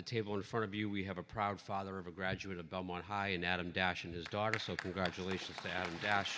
the table in front of you we have a proud father of a graduate of belmont high and adam dash and his daughter so congratulations